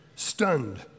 Stunned